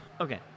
Okay